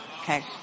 Okay